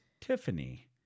Tiffany